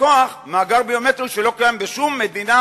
בכוח מאגר ביומטרי שלא קיים בשום מדינה